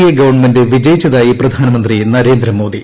A government വിജയിച്ചതായി പ്രധാനമന്ത്രി നൃരേന്ദ്ര മോദി